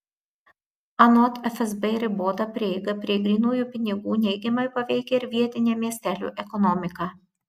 anot fsb ribota prieiga prie grynųjų pinigų neigiamai paveikia ir vietinę miestelių ekonomiką